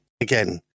again